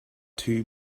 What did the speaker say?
two